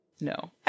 no